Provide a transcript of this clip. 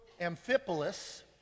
Amphipolis